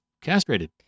castrated